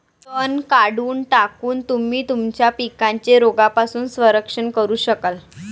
तण काढून टाकून, तुम्ही तुमच्या पिकांचे रोगांपासून संरक्षण करू शकाल